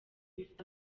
bifite